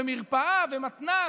מרפאה ומתנ"ס,